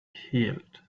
healed